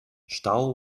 stau